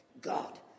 God